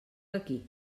aquí